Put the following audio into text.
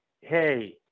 hey